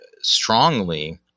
strongly